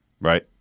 Right